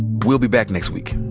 we'll be back next week